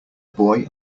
boy